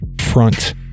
front